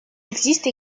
existe